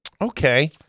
Okay